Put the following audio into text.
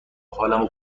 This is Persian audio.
حالمو